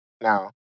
Now